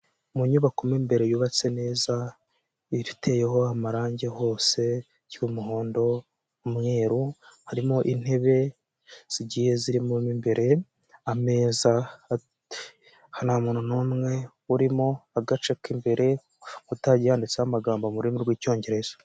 Mu nyubako mo imbere yubatse neza ifiteho amarangi hose y'umuhondo, umweru, harimo intebe zigiye ziririmo imbere, ameza, ntamuntu n'umwe urimo, agace k'imbere ku nkuta hagiye handitseho amagambo mu rurimi rw'Icyongereza.